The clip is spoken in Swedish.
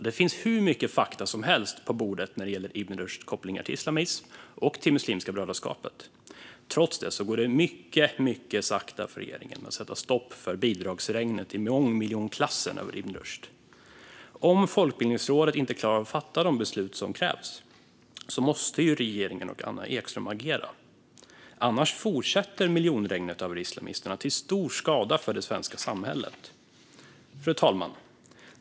Det finns hur mycket fakta som helst på bordet när det gäller Ibn Rushds kopplingar till islamism och till Muslimska brödraskapet. Trots detta går det mycket sakta för regeringen att sätta stopp för bidragsregnet i mångmiljonklassen över Ibn Rushd. Om Folkbildningsrådet inte klarar av att fatta de beslut som krävs måste ju regeringen och Anna Ekström agera. Annars fortsätter miljonregnet över islamisterna till stor skada för det svenska samhället. Fru talman!